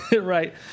Right